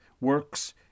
works